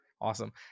Awesome